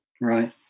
Right